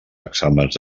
exàmens